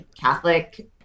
Catholic